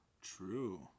True